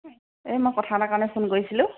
এই মই কথা এটা কাৰণে ফোন কৰিছিলোঁ